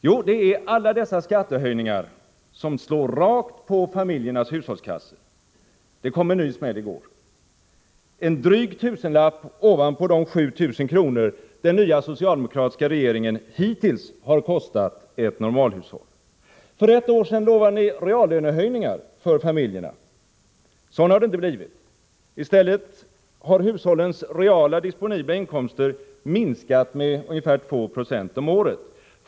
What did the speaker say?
Jo, det är alla dessa skattehöjningar som slår rakt på familjernas hushållskassor. Det kom en ny smäll i går — en dryg tusenlapp ovanpå de 7 000 kr. som den nya socialdemokratiska regeringen hittills har kostat ett normalhushåll. För ett år sedan lovade ni reallönehöjningar för familjerna. Sådana har det inte blivit. I stället har hushållens reala, disponibla inkomster minskat med ungefär 2 Zo om året.